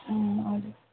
हजुर